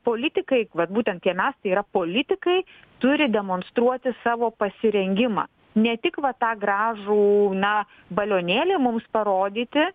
politikai būtent tie mes tai yra politikai turi demonstruoti savo pasirengimą ne tik va tą gražų na balionėlį mums parodyti